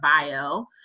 bio